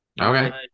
Okay